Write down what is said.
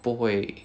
不会